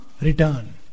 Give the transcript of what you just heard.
return